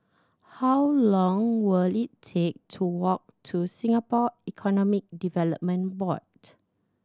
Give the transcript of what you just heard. how long will it take to walk to Singapore Economic Development Board